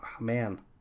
man